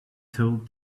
told